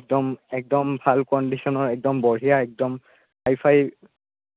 একদম একদম ভাল কণ্ডিশ্যনৰ একদম বঢ়িয়া একদম হাই ফাই